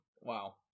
Wow